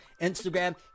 Instagram